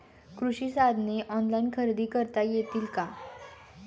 कृषी साधने ऑनलाइन खरेदी करता येतील का?